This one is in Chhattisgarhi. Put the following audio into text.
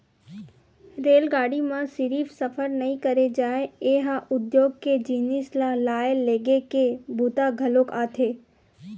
रेलगाड़ी म सिरिफ सफर नइ करे जाए ए ह उद्योग के जिनिस ल लाए लेगे के बूता घलोक आथे